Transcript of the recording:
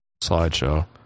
slideshow